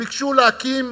וביקשו להקים